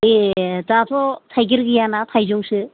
ए दाथ' थाइगिर गैयाना थाइजौसो